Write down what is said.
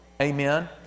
Amen